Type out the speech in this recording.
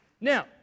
Now